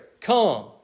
Come